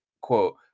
quote